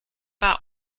bei